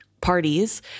parties